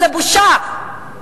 זו בושה.